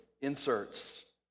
inserts